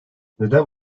neden